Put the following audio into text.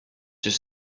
just